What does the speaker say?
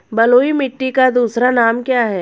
बलुई मिट्टी का दूसरा नाम क्या है?